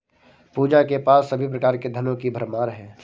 पूजा के पास सभी प्रकार के धनों की भरमार है